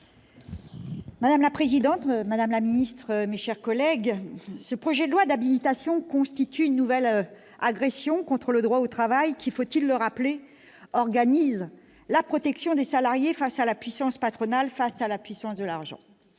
Madame la présidente, madame la ministre, mes chers collègues, ce projet de loi d'habilitation constitue une nouvelle agression contre le droit du travail, qui-faut-il le rappeler ?-organise la protection des salariés face à la puissance patronale et à celle de l'argent.